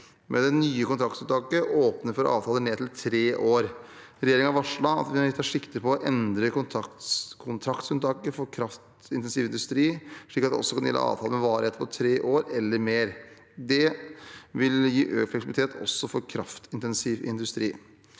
men det nye kontraktsunntaket åpner for avtaler ned til tre år. Regjeringen har varslet at den tar sikte på å endre kontraktsunntaket for kraftintensiv industri slik at det også kan gjelde avtaler med varighet på tre år eller mer. Det vil gi økt fleksibilitet også for kraftintensiv industri.